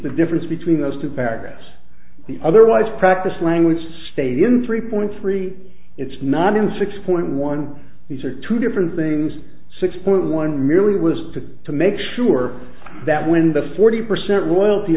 the difference between those two paragraphs the otherwise practice language stayed in three point three it's not in six point one these are two different things six point one merely was to to make sure that when the forty percent royalty